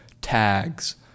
tags